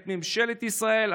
את ממשלת ישראל,